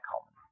common